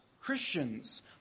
Christians